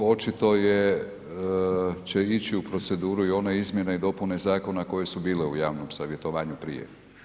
Očito će ići u procedure i one izmjene i dopune zakona koje su bile u javnom savjetovanju prije.